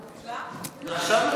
עכשיו מבקשים, לאה?